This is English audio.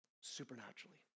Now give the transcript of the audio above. supernaturally